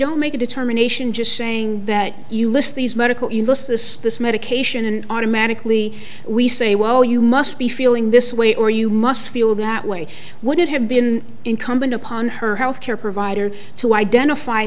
don't make a determination just saying that you list these medical this this medication and automatically we say wow you must be feeling this way or you must feel that way would it have been incumbent upon her health care provider to identify